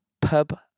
pub